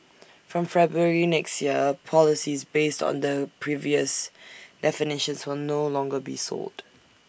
from February next year policies based on the previous definitions will no longer be sold